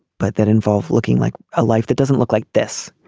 but that involves looking like a life that doesn't look like this